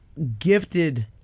Gifted